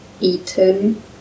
eaten